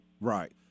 Right